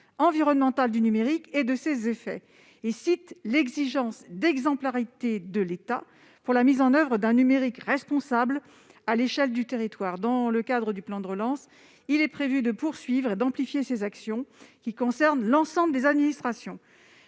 environnemental du numérique et de ses effets. Elle invoque l'exigence d'exemplarité de l'État pour la mise en oeuvre d'un numérique responsable à l'échelle du territoire. Dans le cadre du plan de relance, il est prévu de poursuivre et d'amplifier ces actions, qui concernent l'ensemble des administrations.